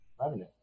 revenue